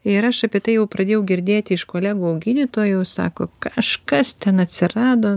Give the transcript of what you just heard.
ir aš apie tai jau pradėjau girdėti iš kolegų gydytojų sako kažkas ten atsirado